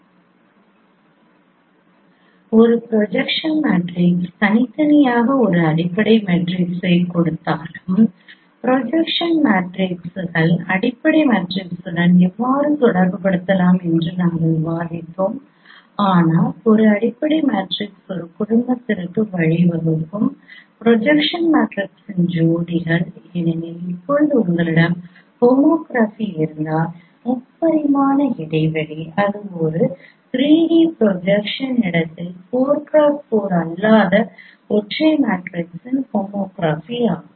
ஒரு ஜோடி projection matrix தனித்தனியாக ஒரு அடிப்படை மேட்ரிக்ஸைக் கொடுத்தாலும் ப்ராஜெக்ஷன் மேட்ரிக்ஸ்கள் அடிப்படை மேட்ரிக்ஸுடன் எவ்வாறு தொடர்புபடுத்தப்படலாம் என்று நாங்கள் விவாதித்தோம் ஆனால் ஒரு அடிப்படை மேட்ரிக்ஸ் ஒரு குடும்பத்திற்கு வழிவகுக்கும் ப்ரொஜெக்ஷன் மேட்ரிக்ஸின் ஜோடிகள் ஏனெனில் இப்போது உங்களிடம் ஹோமோகிராஃபி இருந்தால் முப்பரிமாண இடைவெளி இது ஒரு 3D ப்ரொஜெக்டிவ் இடத்தின் 4 X 4 அல்லாத ஒற்றை மேட்ரிக்ஸ் ஹோமோகிராஃபி ஆகும்